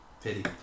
Pity